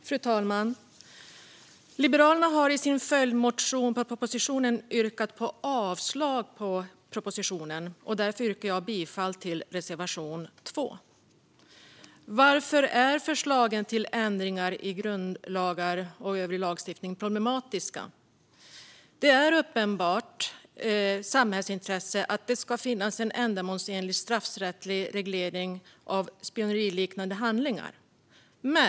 Fru talman! Liberalerna har i sin följdmotion yrkat avslag till propositionen. Därför yrkar jag bifall till reservation 2. Varför är förslagen till ändringar i grundlagar och andra lagar problematiska? Det är ett uppenbart samhällsintresse att det ska finnas en ändamålsenlig straffrättslig reglering av spioneriliknande handlingar.